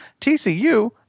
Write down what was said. TCU